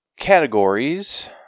Categories